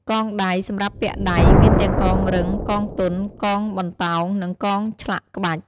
កងដៃ សម្រាប់ពាក់ដៃ មានទាំងកងរឹង កងទន់ កងបន្តោង និងកងឆ្លាក់ក្បាច់។